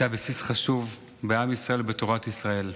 בסיס חשוב בעם ישראל ובתורת ישראל.